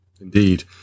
Indeed